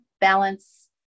balance